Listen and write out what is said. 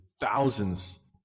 thousands